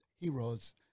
Heroes